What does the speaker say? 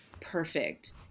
perfect